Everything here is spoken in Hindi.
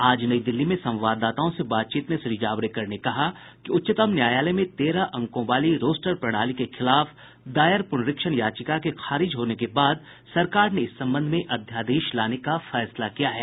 आज नई दिल्ली में संवाददाताओं से बातचीत में श्री जावड़ेकर ने कहा कि उच्चतम न्यायालय में तेरह अंकों वाली रोस्टर प्रणाली के खिलाफ दायर पुनरीक्षण याचिका के खारिज होने के बाद सरकार ने इस संबंध में अध्यादेश लाने का फैसला किया है